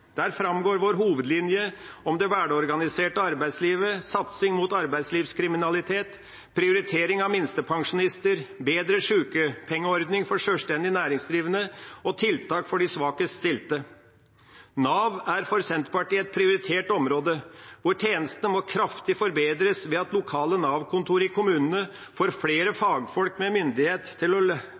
Der framgår vår hovedlinje om det velorganiserte arbeidslivet, satsing mot arbeidslivskriminalitet, prioritering av minstepensjonister, bedre sykepengeordning for sjølstendig næringsdrivende og tiltak for de svakest stilte. Nav er for Senterpartiet et prioritert område, hvor tjenestene må kraftig forbedres ved at lokale Nav-kontor i kommunene får flere fagfolk med myndighet til å